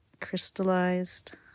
crystallized